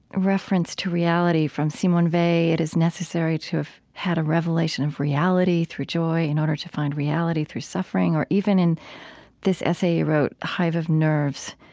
reference to reality from simone weil it is necessary to have had a revelation of reality through joy in order to find reality through suffering. or even in this essay you wrote, hive of nerves,